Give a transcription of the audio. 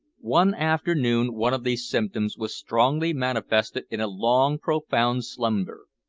one afternoon one of these symptoms was strongly manifested in a long, profound slumber.